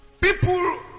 People